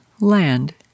land